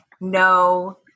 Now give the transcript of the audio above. no